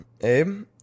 Abe